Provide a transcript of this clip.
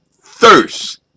thirst